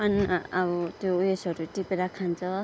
अन्न अब त्यो उयोसहरू टिपेर खान्छ